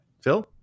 Phil